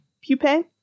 pupae